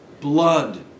blood